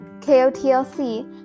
K-O-T-L-C